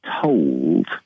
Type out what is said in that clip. told